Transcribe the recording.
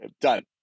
Done